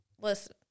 listen